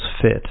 fit